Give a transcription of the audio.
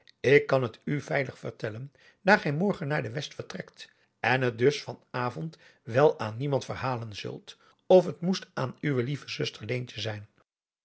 ik kan het u veilig vertellen daar gij morgen naar de west vertrekt en het dus van avond wel aan niemand verhalen zult of het moest aan uwe lieve zuster leentje zijn